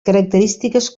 característiques